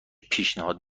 پیشنهاد